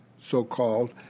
so-called